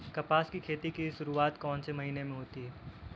कपास की खेती की शुरुआत कौन से महीने से होती है?